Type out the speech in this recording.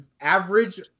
average